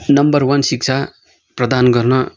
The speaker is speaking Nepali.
नम्बर वान शिक्षा प्रदान गर्न